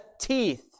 teeth